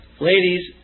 Ladies